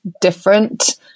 different